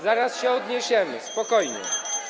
Zaraz się odniesiemy, spokojnie.